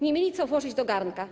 Nie mieli co włożyć do garnka.